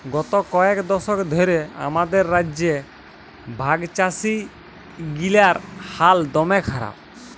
গত কয়েক দশক ধ্যরে আমাদের রাজ্যে ভাগচাষীগিলার হাল দম্যে খারাপ